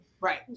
Right